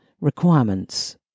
requirements